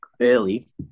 early